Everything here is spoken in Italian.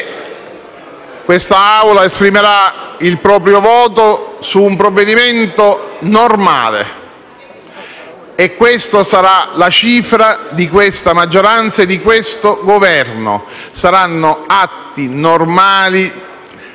quest'Assemblea esprimerà il proprio voto su un provvedimento normale. Questa sarà la cifra di questa maggioranza e di questo Governo: ci saranno atti normali,